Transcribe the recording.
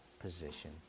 position